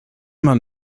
man